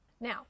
Now